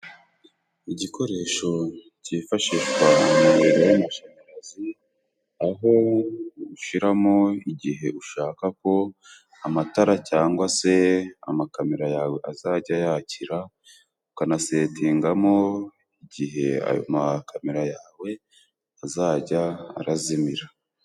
Igikoresho cyifashishwa m'umuyoboro w'amashanyarazi, aho ushiramo igihe ushaka ko amatara cyangwa se amakamera yawe azajya yakira, ukanasetingamo igihe ayo ma kamera yawe azajya arazimira.